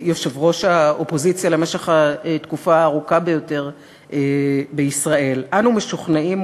יושב-ראש האופוזיציה למשך התקופה הארוכה ביותר בישראל: אנו משוכנעים,